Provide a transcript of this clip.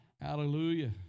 hallelujah